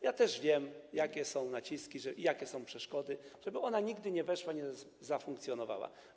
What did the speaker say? Wiem też, jakie są naciski i jakie są przeszkody, żeby ona nigdy nie weszła i nie zafunkcjonowała.